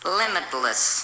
limitless